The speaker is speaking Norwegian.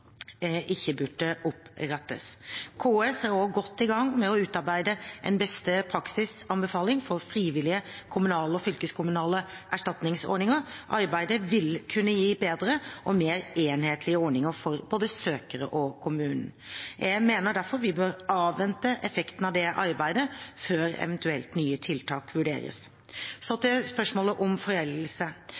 ikke burde opprettes. KS er også godt i gang med å utarbeide en beste praksis-anbefaling for frivillige kommunale- og fylkeskommunale erstatningsordninger. Arbeidet vil kunne gi bedre og mer enhetlige ordninger for både søkere og kommuner. Jeg mener derfor at vi bør avvente effekten av det arbeidet før nye tiltak eventuelt vurderes. Så til spørsmålet om foreldelse: